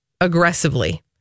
aggressively